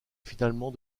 finalement